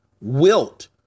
Wilt